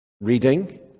reading